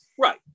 Right